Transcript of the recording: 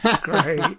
Great